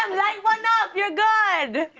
um light one up. you're good.